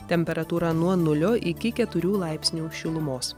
temperatūra nuo nulio iki keturių laipsnių šilumos